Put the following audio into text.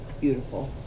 Beautiful